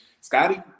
Scotty